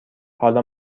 حالا